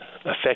affect